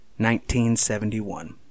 1971